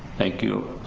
thank you.